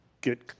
Get